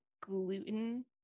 gluten